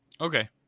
Okay